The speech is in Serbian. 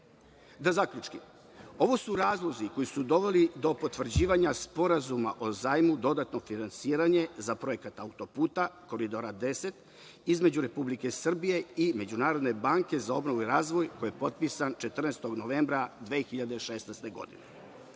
ne. Da zaključim, ovo su razlozi koji su doveli do potvrđivanja Sporazuma o zajmu, dodatno finansiranje za Projekat autoputa Koridora 10, između Republike Srbije i Međunarodne banke za obnovu i razvoj koji je potpisan 14. novembra 2016.